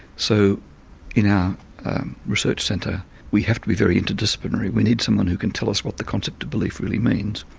so in our research centre we have to be very interdisciplinary, we need someone who can tell us what the concept of belief really means.